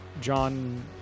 John